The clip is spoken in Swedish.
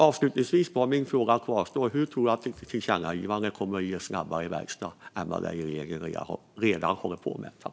Avslutningsvis kvarstår min fråga. Hur tror du att ett tillkännagivande kommer att ge snabbare verkstad än det som regeringen redan håller på med?